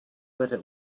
vede